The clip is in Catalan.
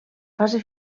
fase